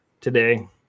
today